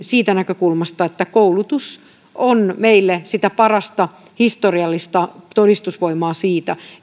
siitä näkökulmasta että koulutus on meille sitä parasta historiallista todistusvoimaa siitä